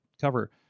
cover